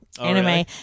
anime